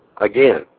Again